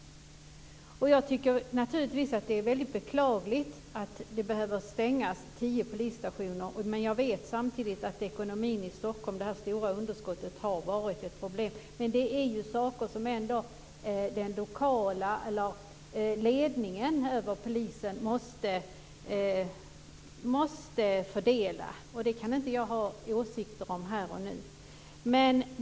Jag tycker naturligtvis att det är väldigt beklagligt att tio polisstationer behöver stängas. Men jag vet samtidigt att ekonomin i Stockholm, det stora underskottet, har varit ett problem. Men det är ju saker som ledningen för polisen måste fördela. Det kan inte jag ha åsikter om här och nu.